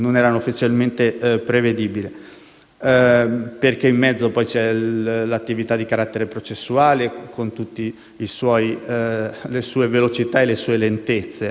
perché in mezzo c'è poi l'attività di carattere processuale, con tutte le sue velocità e le sue lentezze, a seconda del tipo di reato contestato.